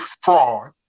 fraud